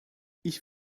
ich